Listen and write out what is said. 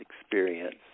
experience